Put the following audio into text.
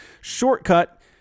shortcut